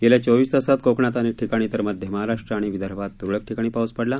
गेल्या चोवीस तासांत कोकणात अनेक ठिकाणी तर मध्य महाराष्ट्र आणि विदर्भात तुरळक ठिकाणी पाऊस पडला